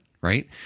right